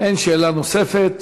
אין שאלה נוספת.